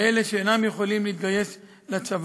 מאלה שאינם יכולים להתגייס לצבא.